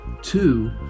two